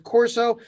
Corso